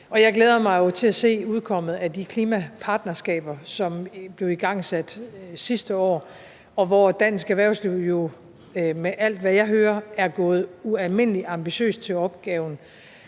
Jeg glæder mig til at se udkommet af de klimapartnerskaber, som blev igangsat sidste år, hvor dansk erhvervsliv jo – med alt, hvad jeg hører – er gået ualmindelig ambitiøst til opgaven.